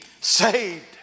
saved